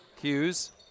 Hughes